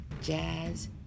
jazz